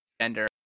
gender